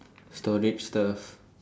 storage stuff